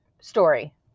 story